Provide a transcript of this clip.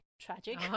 tragic